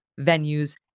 venues